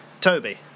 Toby